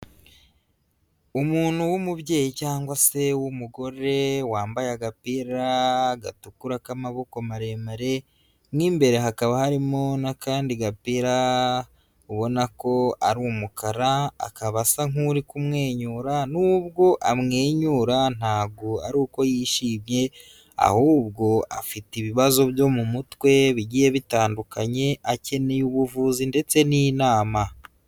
Umuntu w'umubyeyi cyangwa se w'umugore wambaye agapira gatukura k'amaboko maremare, mo imbere hakaba harimo n'akandi gapira ubona ko ari umukara, akaba asa nk'uri kumwenyura n'ubwo amwenyura ntago ari uko yishimye, ahubwo afite ibibazo byo mu mutwe bigiye bitandukanye akeneye ubuvuzi ndetse n'inama.